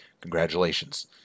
congratulations